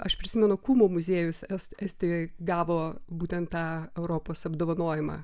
aš prisimenu kūmo muziejus es estijoj gavo būtent tą europos apdovanojimą